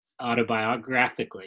autobiographically